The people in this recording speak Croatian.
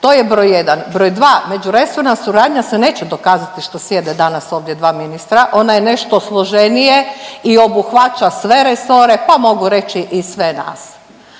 to je broj 1. Broj 2. međuresorna suradnja se neće dokazati što sjede danas ovdje dva ministra. Ona je nešto složenije i obuhvaća sve resore, pa mogu reći i sve nas.